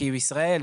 כי ישראל,